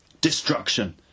Destruction